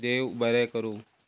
देव बरें करूं